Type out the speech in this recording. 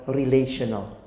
relational